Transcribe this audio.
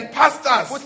pastors